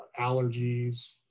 allergies